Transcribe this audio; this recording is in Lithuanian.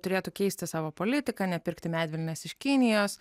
turėtų keisti savo politiką nepirkti medvilnės iš kinijos